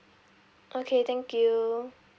okay thank you